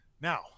now